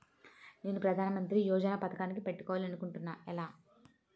నేను ప్రధానమంత్రి యోజన పథకానికి పెట్టుకోవాలి అనుకుంటున్నా ఎలా?